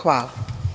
Hvala.